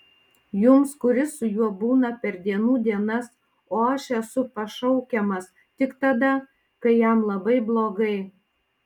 jums kuris su juo būna per dienų dienas o aš esu pašaukiamas tik tada kai jam labai blogai